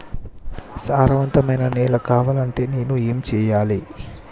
సారవంతమైన నేల కావాలంటే నేను ఏం చెయ్యాలే?